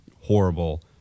horrible